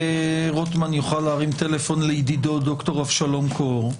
רוטמן יוכל להרים טלפון לידידו דוקטור אבשלום קור.